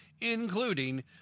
including